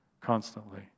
constantly